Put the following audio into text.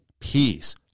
peace